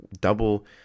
double